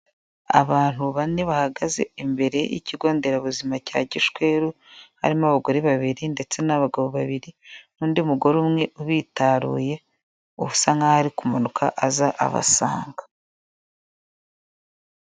Abantu bane bahagaze imbere y'ikigo nderabuzima cya gishweru harimo abagore babiri ndetse n'abagabo babiri n'undi mugore umwe ubi bitaruye ubusa nkaho ari kumanuka aza abasanga.